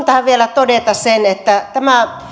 tähän vielä todeta sen että tämä